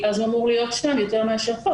במקרה כזה הוא אמור להיות שם יותר מפה,